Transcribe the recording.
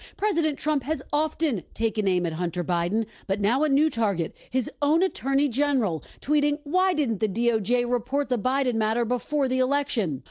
president trump has often taken aim at hunter biden but now a new target, his own attorney general tweeting, why didn't the doj report the biden matter before the election?